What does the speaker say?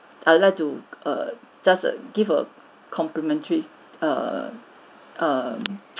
I would like to err just err give her complimentary err um